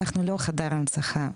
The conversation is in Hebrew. אנחנו לא חדר הנצחה,